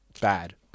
bad